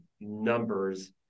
numbers